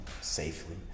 Safely